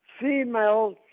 female